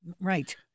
Right